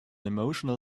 emotional